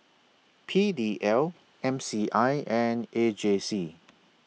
P D L M C I and A J C